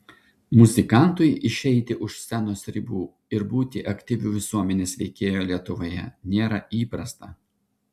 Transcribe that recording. muzikantui išeiti už scenos ribų ir būti aktyviu visuomenės veikėju lietuvoje nėra įprasta